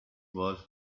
was